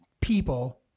People